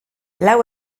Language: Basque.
lau